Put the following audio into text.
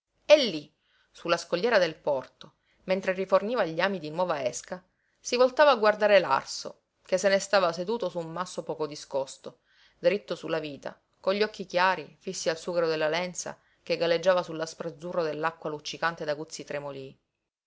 e lí su la scogliera del porto mentre riforniva gli ami di nuova esca si voltava a guardare l'arso che se ne stava seduto su un masso poco discosto diritto su la vita con gli occhi chiari fissi al sughero della lenza che galleggiava su l'aspro azzurro dell'acqua luccicante d'aguzzi tremolii